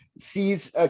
sees